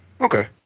Okay